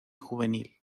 juvenil